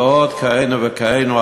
ועוד כהנה וכהנה,